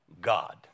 God